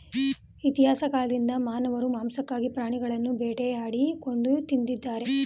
ಇತಿಹಾಸ ಕಾಲ್ದಿಂದ ಮಾನವರು ಮಾಂಸಕ್ಕಾಗಿ ಪ್ರಾಣಿಗಳನ್ನು ಬೇಟೆಯಾಡಿ ಕೊಂದು ತಿಂದಿದ್ದಾರೆ